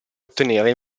ottenere